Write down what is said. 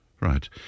Right